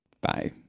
Bye